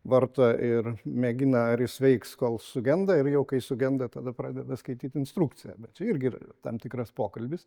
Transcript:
varto ir mėgina ar jis veiks kol sugenda ir jau kai sugenda tada pradeda skaityt instrukciją bet čia irgi yra tam tikras pokalbis